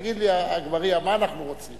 תגיד לי, אגבאריה, מה אנחנו רוצים?